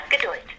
Geduld